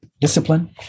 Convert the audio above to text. discipline